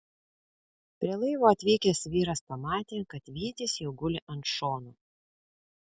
prie laivo atvykęs vyras pamatė kad vytis jau guli ant šono